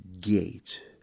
gate